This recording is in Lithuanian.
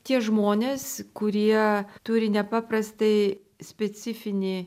tie žmonės kurie turi nepaprastai specifinį